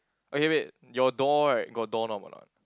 okay wait your doorright got door knob or not